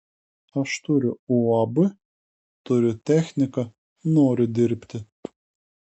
aš turiu uab turiu techniką noriu dirbti